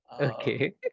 Okay